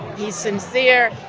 he's sincere.